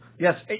Yes